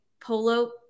Polo